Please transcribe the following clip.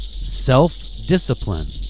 self-discipline